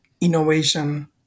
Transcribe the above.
innovation